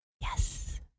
Yes